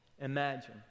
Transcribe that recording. imagine